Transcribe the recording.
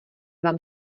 vám